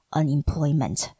unemployment